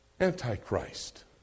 Antichrist